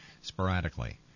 sporadically